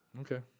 Okay